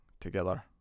together